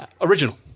original